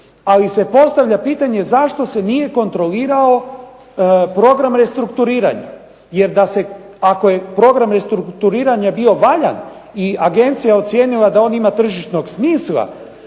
ali se postavlja pitanje zašto se nije kontrolirao program restrukturiranja, jer da se, ako je program restrukturiranja bio valjan i agencija ocijenila da on ima tržišnog smisla,